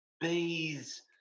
bee's